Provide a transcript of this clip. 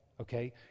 okay